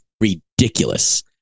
ridiculous